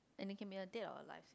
and it can be a dead or alive